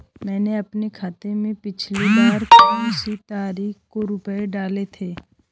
मैंने अपने खाते में पिछली बार कौनसी तारीख को रुपये डाले थे?